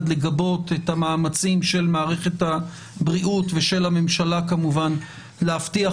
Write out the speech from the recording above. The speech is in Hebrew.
לגבות את המאמצים של מערכת הבריאות ושל הממשלה כמובן להבטיח